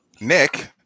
Nick